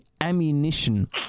ammunition